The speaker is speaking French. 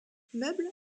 meubles